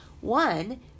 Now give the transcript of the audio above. one